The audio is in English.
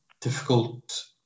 difficult